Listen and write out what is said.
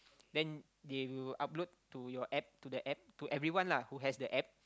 then they will upload to your App to the App to everyone lah who has the App